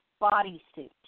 bodysuit